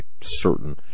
certain